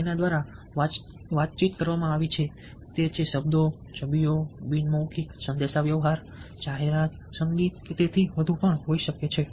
જેના દ્વારા વાતચીત કરવામાં આવી છે તે શબ્દો છબીઓ બિન મૌખિક સંદેશાવ્યવહાર જાહેરાત સંગીત કે તેથી વધુ હોઈ શકે છે